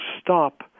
stop